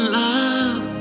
love